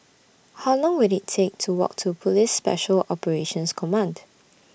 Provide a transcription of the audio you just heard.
How Long Will IT Take to Walk to Police Special Operations Command